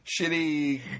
shitty